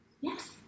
Yes